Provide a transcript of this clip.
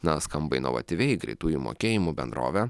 na skamba inovatyviai greitųjų mokėjimų bendrovė